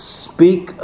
speak